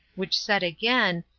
which said again,